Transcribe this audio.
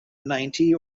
ninety